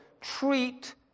treat